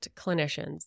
clinicians